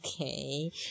Okay